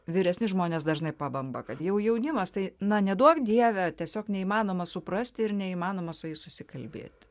vyresni žmonės dažnai pabamba kad jau jaunimas tai na neduok dieve tiesiog neįmanoma suprasti ir neįmanoma su jais susikalbėti